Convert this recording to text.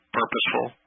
purposeful